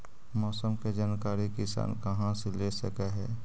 मौसम के जानकारी किसान कहा से ले सकै है?